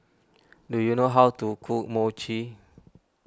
do you know how to cook Mochi